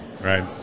right